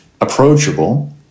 approachable